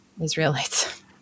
Israelites